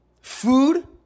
food